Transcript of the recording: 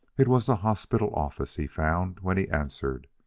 it was the hospital office, he found, when he answered.